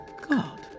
God